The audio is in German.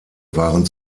waren